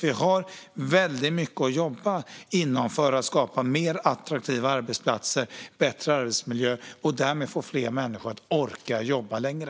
Vi har väldigt mycket att jobba med för att skapa mer attraktiva arbetsplatser och bättre arbetsmiljö och därmed få fler människor att orka jobba längre.